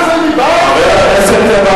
בבקשה.